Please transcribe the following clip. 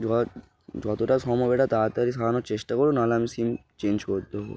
এবার যতটা সম্ভব এটা তাড়াতাড়ি সারানোর চেষ্টা করুন নাহলে আমি সিম চেঞ্জ করে দেবো